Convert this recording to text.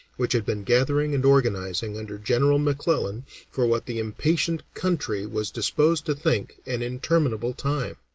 which had been gathering and organizing under general mcclellan for what the impatient country was disposed to think an interminable time.